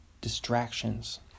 Distractions